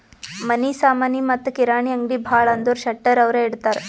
ಮನಿ ಸಾಮನಿ ಮತ್ತ ಕಿರಾಣಿ ಅಂಗ್ಡಿ ಭಾಳ ಅಂದುರ್ ಶೆಟ್ಟರ್ ಅವ್ರೆ ಇಡ್ತಾರ್